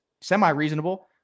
semi-reasonable